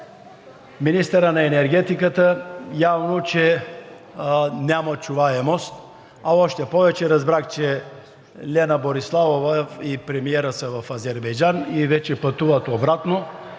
министъра на енергетиката. Явно, че няма чуваемост, а още повече разбрах, че Лена Бориславова и премиерът са в Азербайджан и вече пътуват обратно.